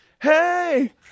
Hey